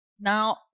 Now